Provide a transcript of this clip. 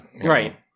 right